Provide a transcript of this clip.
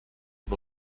uno